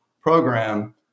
program